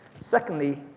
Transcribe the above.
Secondly